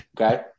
Okay